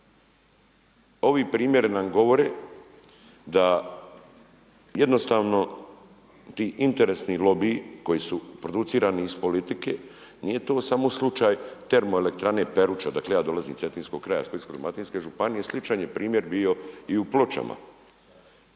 Ovi primjeri nam govore da jednostavno ti interesni lobiji koji su producirani iz politike, nije to samo slučaj termoelektrane Peruča, dakle ja dolazim iz Cetinskog kraja, Splitsko-dalmatinske županije i sličan je primjer bio i u Pločama